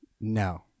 No